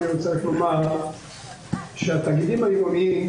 אני רוצה רק לומר שהתאגידים העירוניים,